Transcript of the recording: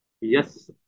Yes